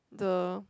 the